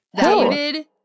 David